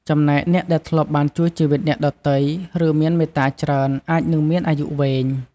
ចំណែកអ្នកដែលធ្លាប់បានជួយជីវិតអ្នកដទៃ ឬមានមេត្តាច្រើន អាចនឹងមានអាយុវែង។